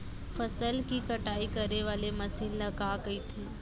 फसल की कटाई करे वाले मशीन ल का कइथे?